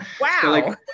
Wow